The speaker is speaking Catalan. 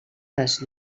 les